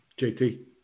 JT